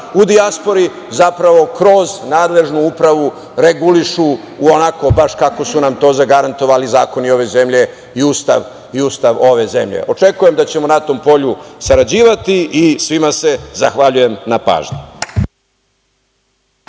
u dijaspori, kroz nadležnu upravu regulišu onako kako su nam to zagarantovali zakoni ove zemlje i Ustav ove zemlje. Očekujem da ćemo na to polju sarađivati i svima se zahvaljujem na pažnji.